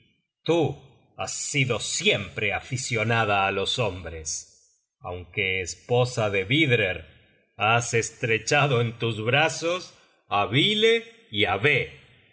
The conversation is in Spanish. tú has sido siempre aficionada á los hombres aunque esposa de vidrer has estrechado en tus brazos á vile y á ve